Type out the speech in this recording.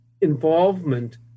involvement